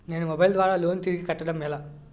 నేను మొబైల్ ద్వారా లోన్ తిరిగి కట్టడం ఎలా?